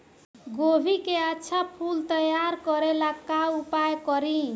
गोभी के अच्छा फूल तैयार करे ला का उपाय करी?